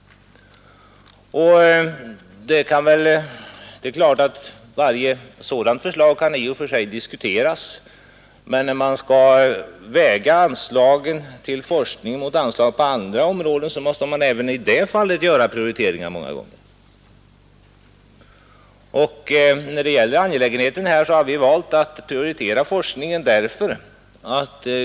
Varje sådant förslag kan i och för sig diskuteras, men även när man skall väga anslagen till forskning mot anslagen till andra ändamål måste man göra prioriteringar. Vi har valt att prioritera forskningen.